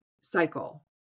cycle